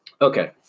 Okay